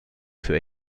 für